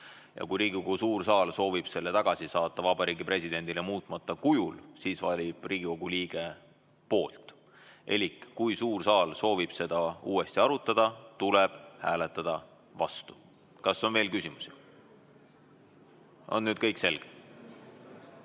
Ja kui Riigikogu suur saal soovib selle tagasi saata Vabariigi Presidendile muutmata kujul, siis valib Riigikogu liige "poolt". Elik, kui suur saal soovib seda uuesti arutada, tuleb hääletada vastu. Kas on veel küsimusi? On nüüd kõik selge? Nii,